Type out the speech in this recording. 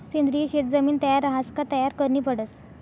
सेंद्रिय शेत जमीन तयार रहास का तयार करनी पडस